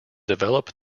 develop